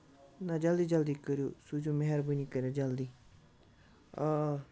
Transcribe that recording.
نہ جلدی جلدی کٔریو سوٗزیٚو مہربٲنی کٔرِتھ جلدی آ آ